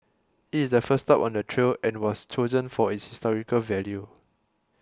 it is the first stop on the trail and was chosen for its historical value